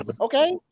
okay